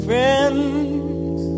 friends